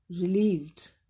Relieved